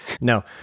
no